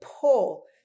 pull